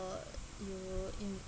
you'll you